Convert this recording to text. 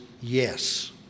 yes